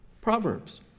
Proverbs